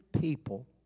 people